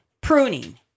pruning